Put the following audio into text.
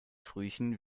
frühchen